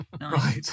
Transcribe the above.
Right